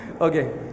Okay